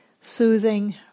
soothing